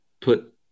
put